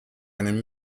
einen